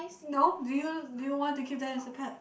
no do you do you want to keep them as a pet